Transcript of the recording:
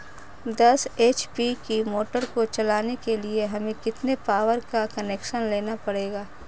दस एच.पी की मोटर को चलाने के लिए हमें कितने पावर का कनेक्शन लेना पड़ेगा?